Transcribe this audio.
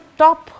top